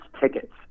tickets